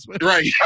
Right